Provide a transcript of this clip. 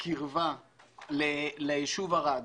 הקירבה לישוב ערד,